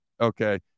Okay